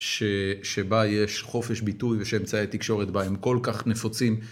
ש.. שבה יש חופש ביטוי ושאמצעי התקשורת בה הם כל כך נפוצים.